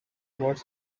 was